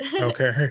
Okay